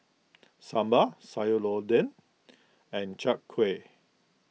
Sambal Sayur Lodeh and Chai Kuih